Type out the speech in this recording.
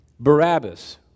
Barabbas